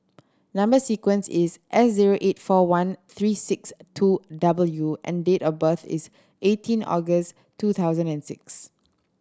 number sequence is S zero eight four one three six two W and date of birth is eighteen August two thousand and six